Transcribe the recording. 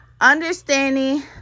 understanding